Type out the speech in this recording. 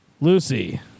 Lucy